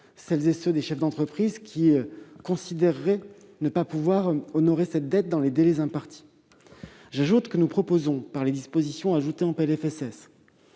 rassurer les chefs d'entreprise qui considéreraient ne pas pouvoir honorer cette dette dans les délais impartis. En outre, nous proposons dans les dispositions ajoutées dans